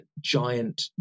giant